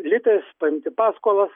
litais paimti paskolas